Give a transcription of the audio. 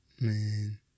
man